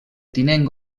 tinent